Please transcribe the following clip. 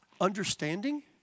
understanding